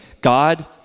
God